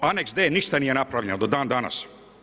Anex D ništa nije napravljeno do dan danas.